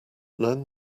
learn